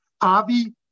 Avi